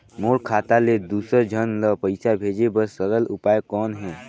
मोर खाता ले दुसर झन ल पईसा भेजे बर सरल उपाय कौन हे?